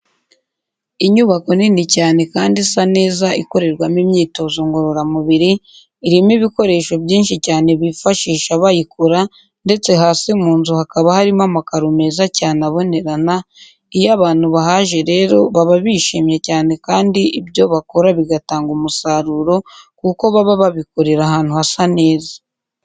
Inyubako nini cyane kandi isa neza ikorerwamo imyitozo ngororamubiri, irimo ibikoresho byinshi cyane bifashisha bayikora ndetse hasi mu nzu hakaba harimo amakaro meza cyane abonerana, iyo abantu bahaje rero baba bishimye cyane kandi ibyo bakora bigatanga umusaruro kuko baba babikorera ahantu hasa neza.